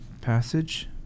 passage